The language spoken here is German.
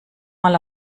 mal